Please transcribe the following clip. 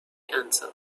answer